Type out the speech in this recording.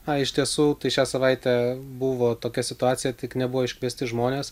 na iš tiesų tai šią savaitę buvo tokia situacija tik nebuvo iškviesti žmonės